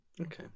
Okay